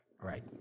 Right